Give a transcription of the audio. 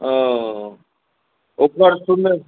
ओ ओकर सुनने